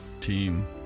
Team